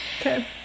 okay